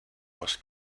was